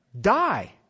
Die